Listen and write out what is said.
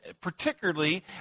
particularly